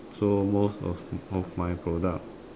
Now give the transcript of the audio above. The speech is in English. so most of of my product